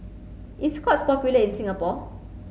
is Scott's popular in Singapore